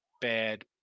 bad